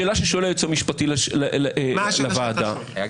אין שום בעיה.